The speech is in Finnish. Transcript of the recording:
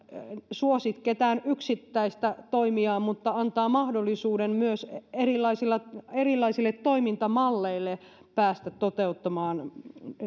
suosi ketään yksittäistä toimijaa mutta antaa mahdollisuuden myös erilaisille erilaisille toimintamalleille päästä toteuttamaan